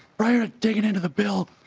prior to digging into the bill